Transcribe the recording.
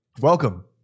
Welcome